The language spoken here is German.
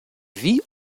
wie